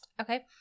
Okay